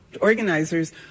Organizers